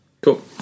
Cool